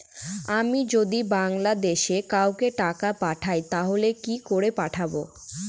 আমি যদি বাংলাদেশে কাউকে টাকা পাঠাই তাহলে কি করে পাঠাবো?